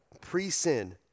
pre-sin